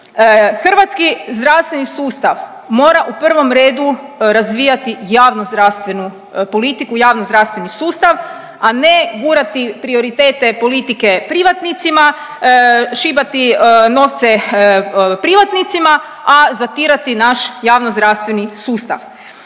Hrvatski zdravstveni sustav mora u prvom redu razvijati javnozdravstvenu politiku, javnozdravstveni sustav, a ne gurati prioritete politike privatnicima, šibati novce privatnicima, a zatirati naš javnozdravstveni sustav.